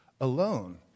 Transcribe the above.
alone